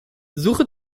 suche